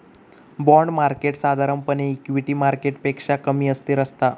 bond market साधारणपणे equity मार्केटपेक्षा कमी अस्थिर असता